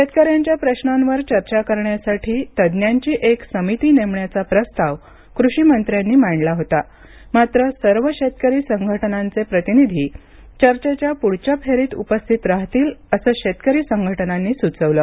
शेतकऱ्यांच्या प्रशांवर चर्चा करण्यासाठी तज्ज्ञांची एक समिती नेमण्याचा प्रस्ताव कृषीमंत्र्यांनी मांडला होता मात्र सर्व शेतकरी संघटनांचे प्रतिनिधी चर्चेच्या पुढच्या फेरीत उपस्थित राहतील असं शेतकरी संघटनांनी सुचवलं